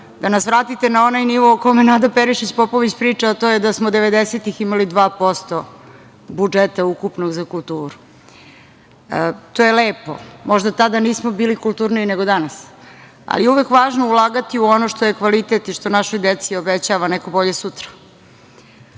da nas vratite na onaj nivo o kome Nada Perišić Popović priča, a to je da smo 90-ih imali 2% budžeta ukupno za kulturu. To je lepo. Možda tada nismo bili kulturniji nego danas, ali je uvek važno ulagati u ono što je kvalitet i što našoj deci obećava neko bolje sutra. Kada